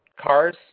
Cars